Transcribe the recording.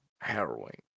harrowing